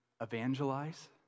evangelize